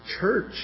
church